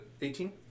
18